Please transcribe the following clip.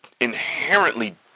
inherently